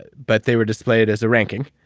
but they were displayed as a ranking.